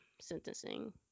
sentencing